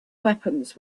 weapons